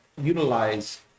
utilize